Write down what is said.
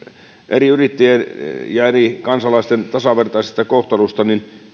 eri yrittäjien ja eri kansalaisten tasavertaisesta kohtelusta ja on